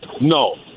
No